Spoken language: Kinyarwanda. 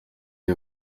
iyo